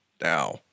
now